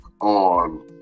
on